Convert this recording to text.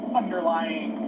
underlying